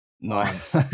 Nice